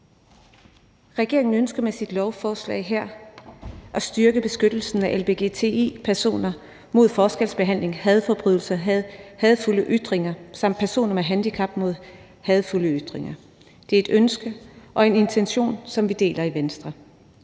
Regeringen ønsker med sit lovforslag her at styrke beskyttelsen af lgbti-personer mod forskelsbehandling, hadforbrydelser og hadefulde ytringer samt at beskytte personer med handicap mod hadefulde ytringer. Det er et ønske og en intention, som vi deler i Venstre.